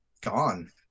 gone